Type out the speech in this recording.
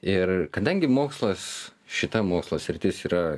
ir kadangi mokslas šita mokslo sritis yra